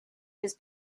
has